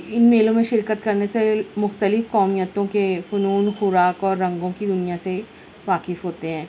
ان میلوں میں شرکت کرنے سے مختلف قومیتوں کے فنون خوراک اور رنگوں کی دنیا سے واقف ہوتے ہیں